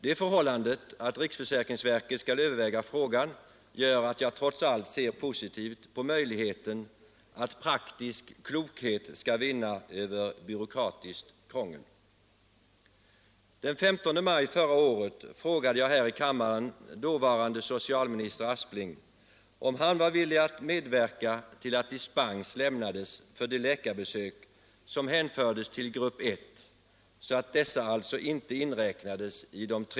Det förhållandet att riksförsäkringsverket skall överväga frågan gör att jag trots allt ser positivt på möjligheten att praktisk klokhet skall vinna över byråkratiskt krångel.